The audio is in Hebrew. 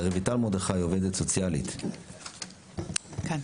רויטל מרדכי, עובדת סוציאלית, שלום.